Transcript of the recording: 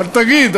אבל תגיד,